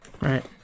Right